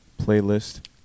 playlist